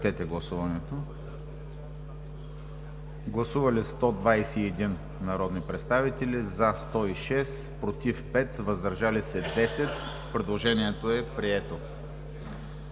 Гласували 109 народни представители: за 108, против няма, въздържал се 1. Предложението е прието,